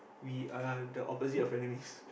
we are the opposite of friend enemies